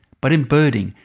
but in birding,